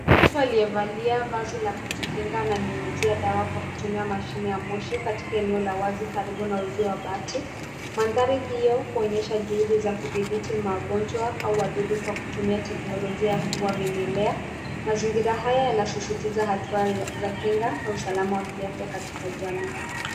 Mtu aliyevalia vazi la kujikinga ananyunyizia dawa kwa kutumia mashine ya moshi katika eneo la wazi karibu na uzio wa bati. Mandhari hiyo huonyesha juhudi za kudhibiti magonjwa au wadudu kwa kutumia teknolojia ya kuua vimelea. Mazingira haya yanasisitiza hatua za kinga na usalama wa kiafya katika jamii.